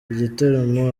igitaramo